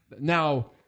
Now